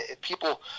people